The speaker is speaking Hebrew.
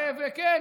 וכן,